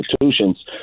institutions